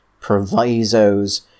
provisos